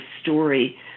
story